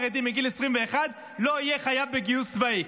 החוק אומר שכל צעיר חרדי מגיל 21 לא יהיה חייב בגיוס צבאי,